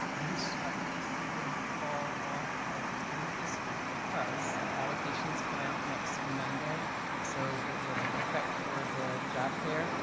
and so probably see them fall off at the end of this week because allocations come out next monday so it will prep for the job fair.